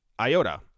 iota